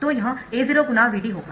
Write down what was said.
तो यह A0×Vd होगा